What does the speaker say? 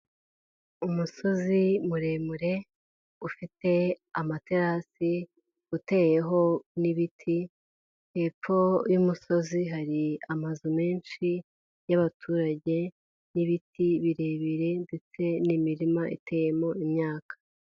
Umusozi muremure, ufite amaterasi, uteyeho n'ibiti, hepfo y'umusozi hari amazu menshi y'abaturage n'ibiti birebire ndetse n'imirima iteyemo imyaka.